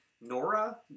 Nora